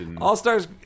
All-Stars